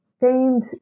famed